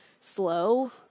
slow